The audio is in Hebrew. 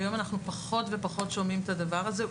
היום אנחנו פחות ופחות שומעים את הדבר הזה.